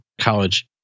college